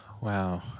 wow